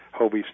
Hobie's